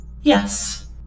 Yes